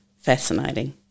fascinating